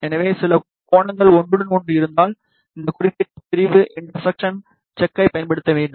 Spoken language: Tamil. எனவே சில பலகோணங்கள் ஒன்றுடன் ஒன்று இருந்தால் இந்த குறிப்பிட்ட பிரிவு இன்டர்செக்ஜன் செக்யை பயன்படுத்தப்பட வேண்டும்